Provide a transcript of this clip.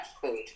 food